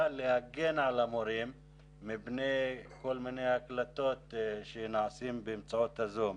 להגן על המורים מפני כל מיני הקלטות שנעשות באמצעות הזום.